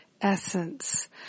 Essence